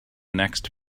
next